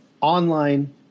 online